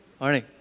morning